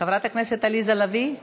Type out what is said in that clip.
חברת הכנסת עליזה לביא,